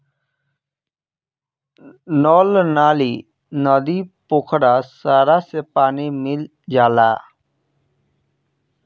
नल नाली, नदी, पोखरा सारा से पानी मिल जाला